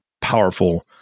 powerful